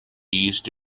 east